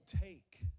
take